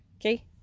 okay